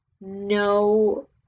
no